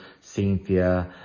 Cynthia